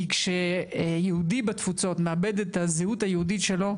כי כשיהודי בתפוצות מאבד את הזהות היהודית שלו,